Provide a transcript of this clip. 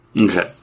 Okay